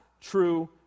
true